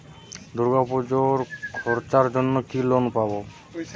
দূর্গাপুজোর খরচার জন্য কি লোন পাব?